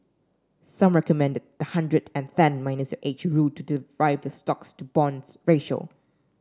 some recommend the hundred and ten minus your age rule to derive your stocks to bonds ratio